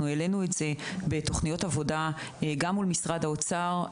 העלנו את זה בתוכניות עבודה אל מול משרד האוצר.